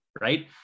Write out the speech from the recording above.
right